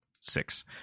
six